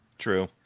true